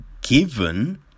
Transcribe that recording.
given